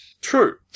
True